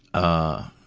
a